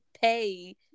pay